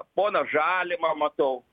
poną žalimą matau